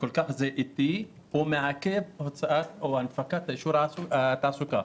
וזה איטי ומעכב את הנפקת אישור התעסוקה.